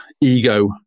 ego